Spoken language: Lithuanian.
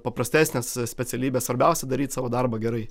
paprastesnės specialybės svarbiausia daryt savo darbą gerai